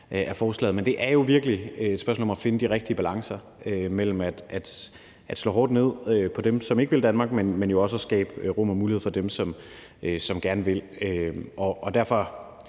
af forslaget. Men det er jo virkelig et spørgsmål om at finde de rigtige balancer mellem at slå hårdt ned på dem, som ikke vil Danmark, og jo også at skabe rum og mulighed for dem, som gerne vil. Derfor